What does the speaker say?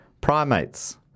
primates